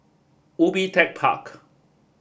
Ubi Tech Park